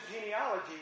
genealogy